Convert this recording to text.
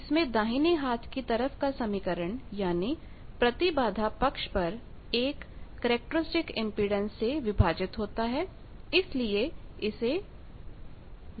इसमें दाहिने हाथ की तरफ का समीकरण यानी प्रतिबाधा पक्ष पर यह करैक्टरस्टिक इंपेडेंस से विभाजित होता है इसलिए इसे Z बार कहा जाता है